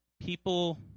people –